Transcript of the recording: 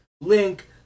link